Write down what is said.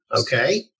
okay